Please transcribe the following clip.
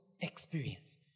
experience